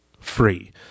free